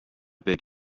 beg